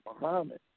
Muhammad